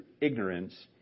ignorance